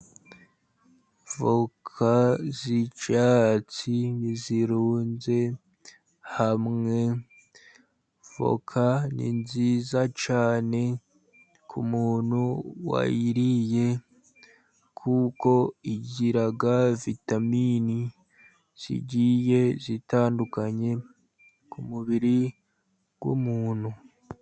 Voka z'icyatsi n'izirunze hamwe, voka ni nziza cyane ku muntu wayiriye, kuko igira vitamini zigiye zitandukanye ku mubiri w'umuntu.